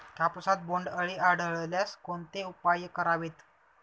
कापसात बोंडअळी आढळल्यास कोणते उपाय करावेत?